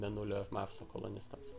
mėnulio ir marso kolonistams